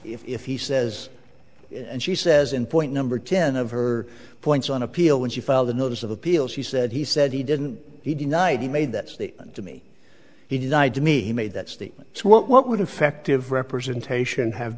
if he says and she says in point number ten of her points on appeal when she filed a notice of appeal she said he said he didn't he denied he made that statement to me he denied to me he made that statement what would infective representation have